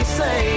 say